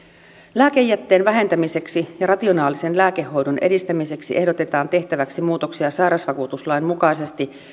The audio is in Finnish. lääkejätteen vähentämiseksi ja rationaalisen lääkehoidon edistämiseksi ehdotetaan tehtäväksi muutoksia sairausvakuutuslain mukaisesti